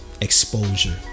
exposure